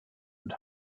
und